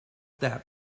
that